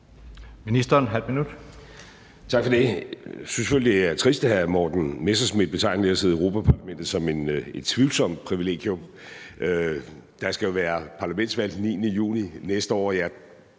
(Lars Løkke Rasmussen): Tak for det. Jeg synes jo, det er trist, at hr. Morten Messerschmidt betegner det at sidde i Europa-Parlamentet som et tvivlsomt privilegium. Der skal jo være europaparlamentsvalg den 9. juni næste år, og ja,